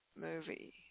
movie